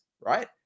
right